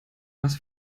was